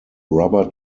rubber